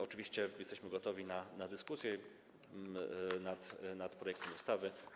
Oczywiście jesteśmy gotowi na dyskusję nad projektem ustawy.